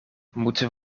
moeten